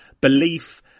belief